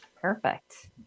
Perfect